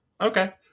Okay